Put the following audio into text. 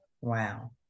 Wow